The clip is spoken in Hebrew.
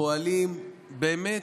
פועלים באמת